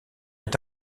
est